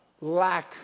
lack